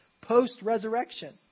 post-resurrection